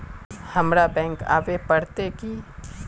हमरा बैंक आवे पड़ते की?